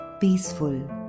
peaceful